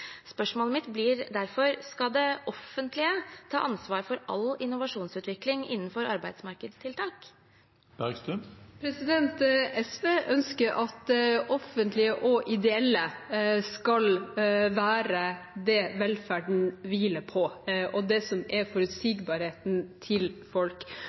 Spørsmålet mitt blir derfor: Skal det offentlige ta ansvar for all innovasjonsutvikling innenfor arbeidsmarkedstiltak? SV ønsker at offentlige og ideelle skal være det som velferden hviler på, og det som er forutsigbarheten til folk.